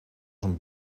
een